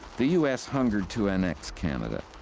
the u s. hungered to annex canada.